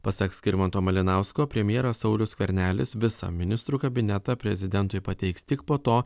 pasak skirmanto malinausko premjeras saulius skvernelis visą ministrų kabinetą prezidentui pateiks tik po to